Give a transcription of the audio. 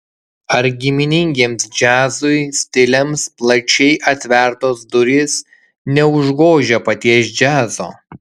ar giminingiems džiazui stiliams plačiai atvertos durys neužgožia paties džiazo